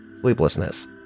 sleeplessness